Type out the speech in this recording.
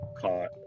caught